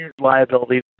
liability